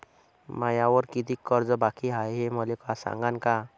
मायावर कितीक कर्ज बाकी हाय, हे मले सांगान का?